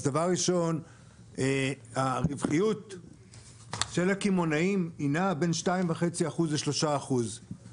אז דבר ראשון הרווחיות של הקמעונאים נעה בין 2.5% ל-3%